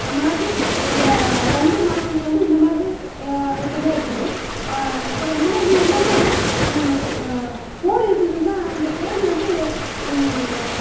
அந்த மாதிரி அந்த ரெண்டு மாட்லேயும் வந்து இந்த மாரி ஐட்டம் இருக்குது அப்பறம் மூணாவது என்னென்னா கோழி இருக்குதுன்னா அந்த கோழி வந்து